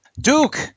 Duke